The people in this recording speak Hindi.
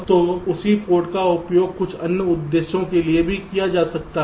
तो उसी पोर्ट का उपयोग कुछ अन्य उद्देश्यों के लिए भी किया जाता है